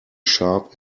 sharp